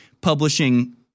publishing